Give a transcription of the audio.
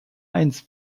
eins